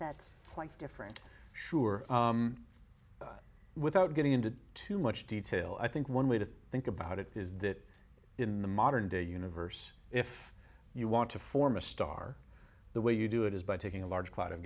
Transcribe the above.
that's quite different sure without getting into too much detail i think one way to think about it is that in the modern day universe if you want to form a star the way you do it is by taking a large